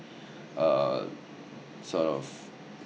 uh sort of